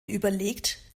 überlegt